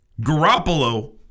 Garoppolo